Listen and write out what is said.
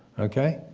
okay,